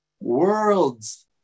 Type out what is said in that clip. Worlds